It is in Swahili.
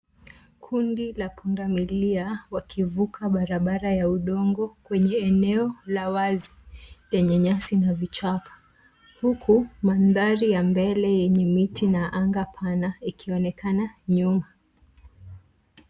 Kundi la punda milia wakivuka barabara ya udongo kwenye eneo la wazi yenye nyasi na vichaka ,huku mandhari ya mbele yenye miti na anga pana ikionekana nyuma.